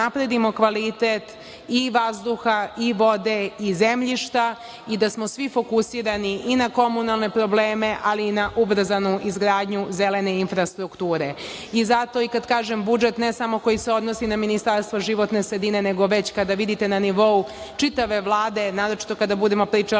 da unapredimo kvalitet i vazduha, i vode, i zemljišta i da smo svi fokusirani i komunalne probleme, ali i na ubrzanu izgradnju zelene infrastrukture. Zato kad kažem budžet, ne samo koji se odnosi na Ministarstvo životne sredine, nego već kada vidite na nivou čitave Vlade, naročito kada budemo pričali